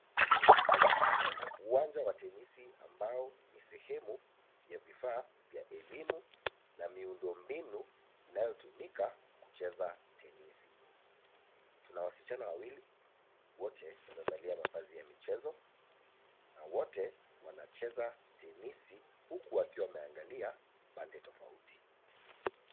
Uwanja wa tenisi ambao ni sehemu ya vifaa vya elimu na miundombinu inayotumika kucheza tenisi. Tuna wasichana wawili wote wamevalia mavazi ya michezo na wote wanacheza tenisi huku wakiwa wameangalia pande tofauti.